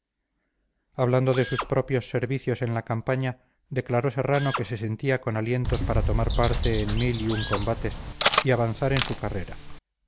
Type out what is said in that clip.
hablando de sus propios servicios en la campaña declaró serrano que se sentía con alientos para tomar parte en mil y un combates y avanzar en su carrera